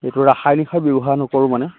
এইটো ৰাসায়নিক সাৰ ব্যৱহাৰ নকৰোঁ মানে